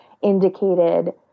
indicated